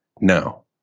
No